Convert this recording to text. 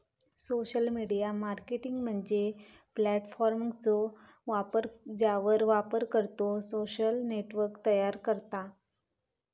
social media marketing म्हणजे प्लॅटफॉर्मचो वापर ज्यावर वापरकर्तो सोशल नेटवर्क तयार करता